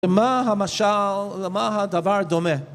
למה המשל, למה הדבר דומה?